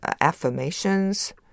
affirmations